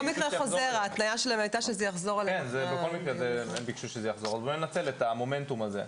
בכל מקרה הם ביקשו שזה יחזור אז בואו ננצל את המומנטום הזה.